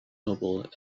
noble